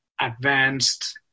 advanced